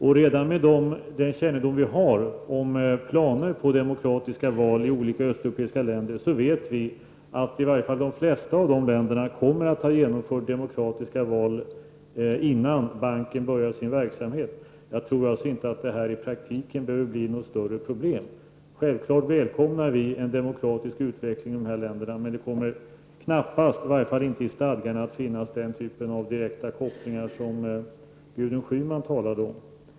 På grundval av den kännedom vi har om planerna på demokratiska val i olika östeuropeiska länder vet vi att i varje fall de flesta av dem kommer att ha genomfört demokratiska val innan banken börjar sin verksamhet. Jag tror alltså inte att det här i praktiken kommer att bli något större problem. Självfallet välkomnar vi en demokratisk utveckling i de här länderna, men det kommer knappast, i varje fall inte i stadgarna, att finnas den typen av direkta kopplingar som Gudrun Schyman talade om.